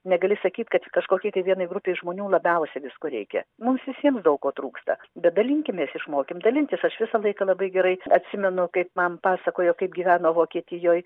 negali sakyt kad kažkokiai tai vienai grupei žmonių labiausiai visko reikia mums visiem daug ko trūksta bet dalinkimės išmokim dalintis aš visą laiką labai gerai atsimenu kaip man pasakojo kaip gyveno vokietijoj